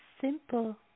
simple